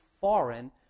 foreign